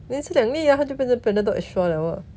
then 你吃两粒 lah 它就变成 panadol extra [what]